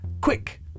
Quick